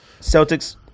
Celtics